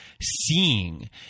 seeing